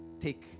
take